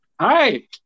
hi